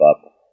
up